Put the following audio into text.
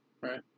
right